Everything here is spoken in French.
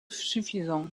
suffisants